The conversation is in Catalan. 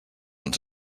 ens